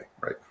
right